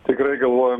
tikrai galvojom